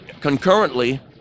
concurrently